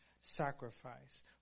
sacrifice